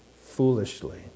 Foolishly